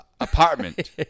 Apartment